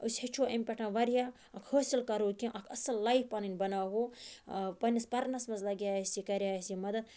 أسۍ ہیٚچھ ہو امہِ پیٚٹھ واریاہ حٲصل کَرو کینٛہہ اکھ اصل لایِف پنٕنۍ بَناوہو پَنِس پَرنَس مَنٛز لَگہِ ہا کَرِہا اَسہِ یہِ مَدَد